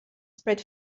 spread